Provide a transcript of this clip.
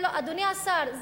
אדוני השר,